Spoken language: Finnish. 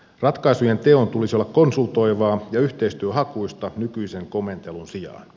ratkaisujen teon tulisi olla konsultoivaa ja yhteistyöhakuista nykyisen komentelun sijaan